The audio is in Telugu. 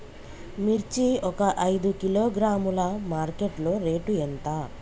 మిర్చి ఒక ఐదు కిలోగ్రాముల మార్కెట్ లో రేటు ఎంత?